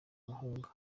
mugunga